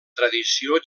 tradició